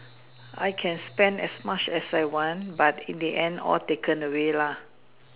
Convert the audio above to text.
I can spend as much as I want but in the end all taken away lah